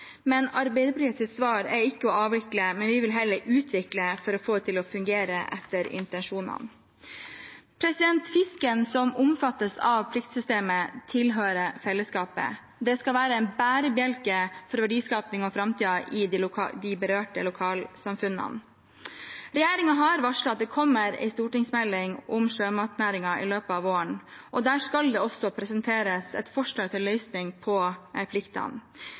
men Arbeiderpartiets svar er ikke å avvikle. Vi vil heller utvikle for å få det til å fungere etter intensjonene. Fisken som omfattes av pliktsystemet, tilhører fellesskapet. Det skal være en bærebjelke for verdiskaping i framtiden i de berørte lokalsamfunnene. Regjeringen har varslet at det kommer en stortingsmelding om sjømatnæringen i løpet av våren. Der skal det også presenteres et forslag til løsning på pliktene.